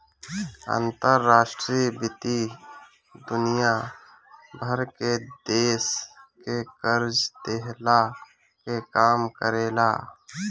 अंतर्राष्ट्रीय वित्त दुनिया भर के देस के कर्जा देहला के काम करेला